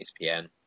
ESPN